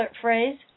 phrase